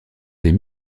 des